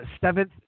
seventh